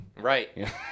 Right